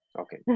okay